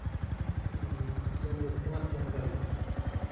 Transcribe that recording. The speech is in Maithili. ई जनव पाँच जनवरी